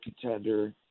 contender